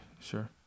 Sure